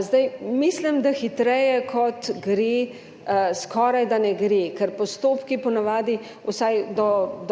Zdaj, mislim, da hitreje kot gre, skorajda ne gre, ker postopki po navadi, vsaj